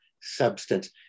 substance